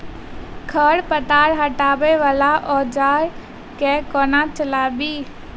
खरपतवार हटावय वला औजार केँ कोना चलाबी?